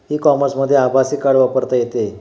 E कॉमर्समध्ये आभासी card वापरता येते